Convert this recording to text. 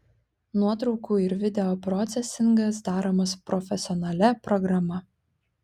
nuotraukų ir video procesingas daromas profesionalia programa